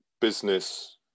business